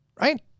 Right